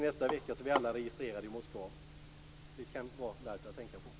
Nästa vecka är vi alla registrerade i Moskva. Det kan vara värt att tänka på.